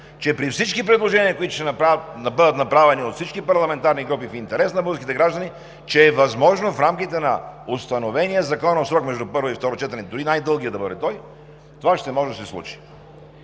че при всички предложения, които ще бъдат направени от всички парламентарни групи в интерес на българските граждани, че е възможно в рамките на установения законов срок между първо и второ четене, дори и най-дългият да бъде той, това ще може да се случи.